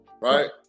right